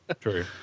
true